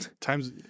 Times